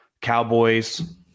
Cowboys